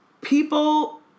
people